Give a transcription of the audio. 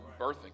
birthing